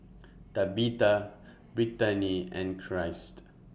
Tabitha Brittani and Christ